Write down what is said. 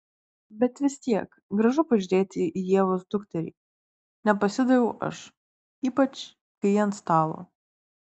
bet vis tiek gražu pažiūrėti į ievos dukterį nepasidaviau aš ypač kai ji ant stalo